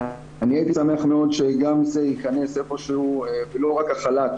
אני הייתי שמח מאוד שגם זה ייכנס איפה שהוא ולא רק החל"ת,